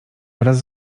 wraz